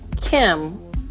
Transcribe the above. Kim